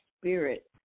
spirit